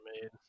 made